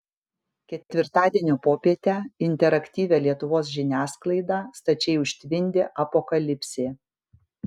ketvirtadienio popietę interaktyvią lietuvos žiniasklaidą stačiai užtvindė apokalipsė